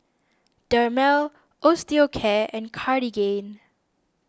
Dermale Osteocare and Cartigain